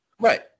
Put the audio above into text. Right